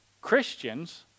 Christians